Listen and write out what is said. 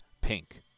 Pink